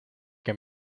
que